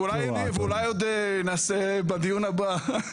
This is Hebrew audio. ואולי עוד נרחיב בעניין הזה בדיון הבא.